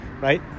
right